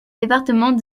département